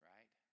right